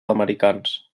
americans